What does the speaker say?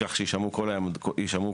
כך שיישמעו כל העמדות